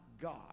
God